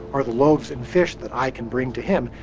are the loaves and fish that i can bring to him.